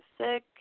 sick